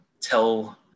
tell